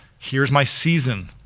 here's my season.